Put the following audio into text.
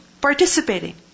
participating